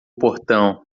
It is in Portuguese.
portão